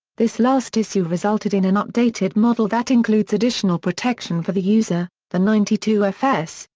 this last issue resulted in an updated model that includes additional protection for the user, the ninety two fs,